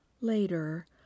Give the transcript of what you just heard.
later